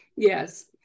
Yes